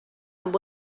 amb